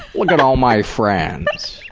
look at all my friends.